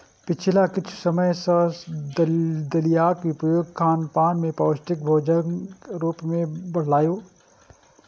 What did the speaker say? पिछला किछु समय सं दलियाक उपयोग खानपान मे पौष्टिक भोजनक रूप मे बढ़लैए